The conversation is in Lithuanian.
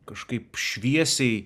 kažkaip šviesiai